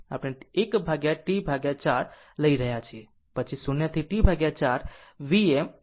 આપણે 1 ભાગ્યા T4 લઈ રહ્યા છીએ પછી 0 થી T4 Vm T4 dt છે